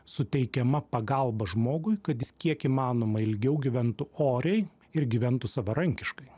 suteikiama pagalba žmogui kad jis kiek įmanoma ilgiau gyventų oriai ir gyventų savarankiškai